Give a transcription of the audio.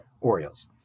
Orioles